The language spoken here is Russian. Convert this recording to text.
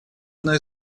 одной